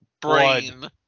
brain